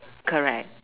correct